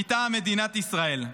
מטעם מדינת ישראל.